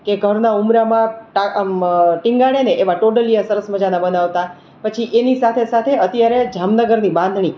કે ઘરના ઉંબરામાં તા આમ ટીંગાળેને એવા ટોડલિયા સરસ મજાના બનાવતા પછી એની સાથે સાથે અત્યારે જામનગરની બાંધણી